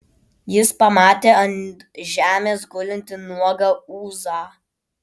jis pamatė ant žemės gulintį nuogą ūzą